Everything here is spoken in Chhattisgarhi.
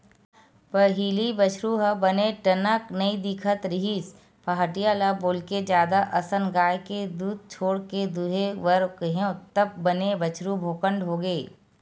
पहिली बछरु ह बने टनक नइ दिखत रिहिस पहाटिया ल बोलके जादा असन गाय के दूद छोड़ के दूहे बर केहेंव तब बने बछरु भोकंड होगे